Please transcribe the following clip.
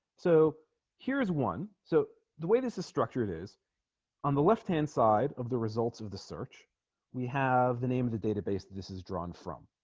so here's one so the way this is structured is on the left hand side of the results of the search we have the name of the database that this is drawn from